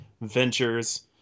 ventures